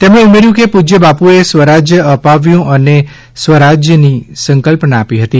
તેમણે ઉમેર્યું કે પૂજ્ય બાપુએ સ્વરાજ્ય અપાવ્યું અને સ્વરાજ્યની સંકલ્પના આપી હતી